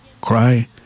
cry